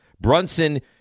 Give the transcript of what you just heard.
Brunson